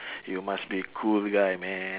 you must be cool guy man